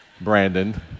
Brandon